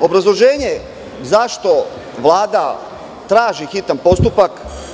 Obrazloženje zašto Vlada traži hitan postupak